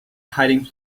hiding